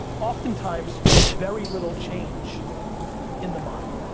oftentimes with very little change in the model.